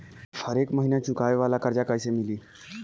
हरेक महिना चुकावे वाला कर्जा कैसे मिली?